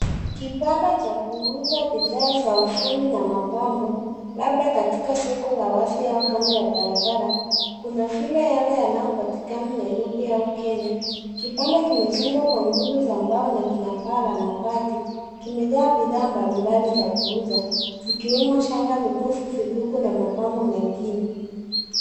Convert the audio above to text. Kibanda cha kuuza bidhaa za ufundi na mapambo labda katika soko la wazi au kando ya barabara kuna vile yale yanayopatikana Nairobi au Kenya. Kibanda kimejengwa kwa nguzo za mbao na kina paa la mabati, kimejaa bidhaa mbalimbali za kuuza zikiwemo shanga, mikufu, vikuku na mapambo mengine.